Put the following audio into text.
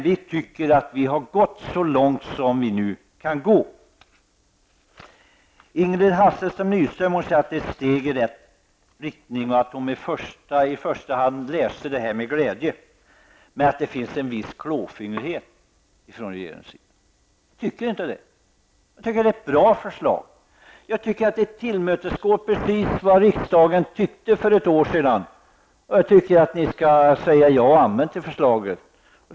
Vi tycker att vi har gått så långt som vi nu kan gå. Ingrid Hasselström Nyvall säger att det är ett steg i rätt riktning och att hon läste förslaget med en viss glädje. Hon anser dock att det finns en viss klåfingrighet ifrån regeringens sida. Jag tycker inte det. Jag tycker att det är ett bra förslag. Jag tycker att det tillmötesgår precis vad riksdagen tyckte för ett år sedan, och jag tycker att ni skall säga ja och amen till förslaget.